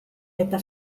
eta